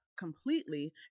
Completely